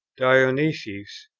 dionysius,